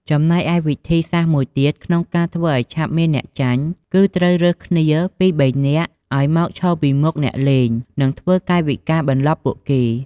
ចំណែកឯវិធីសាស្ត្រមួយទៀត ក្នុងការធ្វើឱ្យឆាប់មានអ្នកចាញ់ គឺត្រូវរើសគ្នាពីរបីនាក់ឱ្យមកឈរពីមុខអ្នកលេង និងធ្វើកាយវិការបន្លប់ពួកគេ។